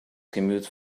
commute